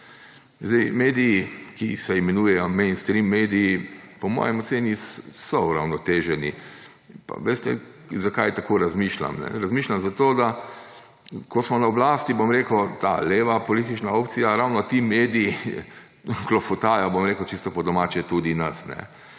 Mediji, ki se imenujejo mainstream mediji, po moji oceni so uravnoteženi. Veste, zakaj tako razmišljam? Razmišljam zato, ko smo na oblasti, bom rekel, ta leva politična opcija, ravno ti mediji klofutajo, bom rekel čisto po domače, tudi nas.